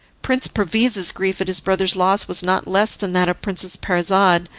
prince perviz's grief at his brother's loss was not less than that of princess parizade,